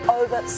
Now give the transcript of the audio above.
over